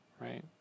right